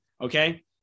Okay